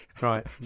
Right